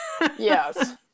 Yes